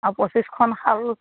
আৰু পঁচিছখন শাল